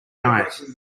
night